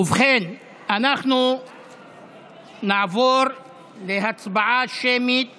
ובכן, אנחנו נעבור להצבעה שמית